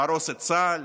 להרוס את צה"ל,